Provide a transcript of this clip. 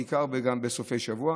בעיקר בסופי שבוע.